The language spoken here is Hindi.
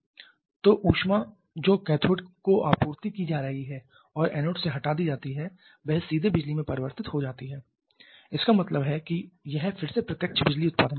तो ऊष्मा जो कैथोड को आपूर्ति की जा रही है और एनोड से हटा दी जाती है वह सीधे बिजली में परिवर्तित हो रही है इसका मतलब है कि यह फिर से प्रत्यक्ष बिजली उत्पादन का एक विकल्प है